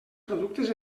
productes